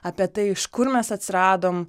apie tai iš kur mes atsiradom